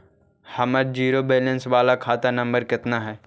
हमर zero balance बाला खाता नम्बर कितना है?